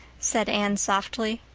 said anne softly.